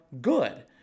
good